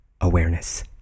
awareness